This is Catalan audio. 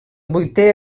vuitè